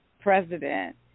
president